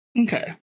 Okay